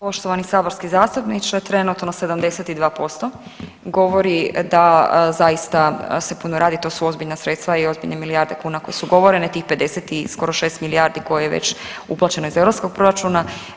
Poštovani saborski zastupniče, trenutno 72% govori da zaista se puno radi, to su ozbiljna sredstva i ozbiljne milijarde kuna koje su ugovorene tih 50 i skoro 6 milijardi koje je već uplaćeno iz europskog proračuna.